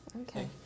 Okay